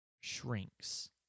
shrinks